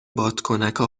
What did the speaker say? بادکنکا